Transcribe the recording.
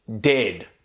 dead